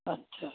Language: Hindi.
अच्छा